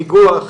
ניגוח,